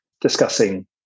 discussing